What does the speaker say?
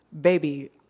baby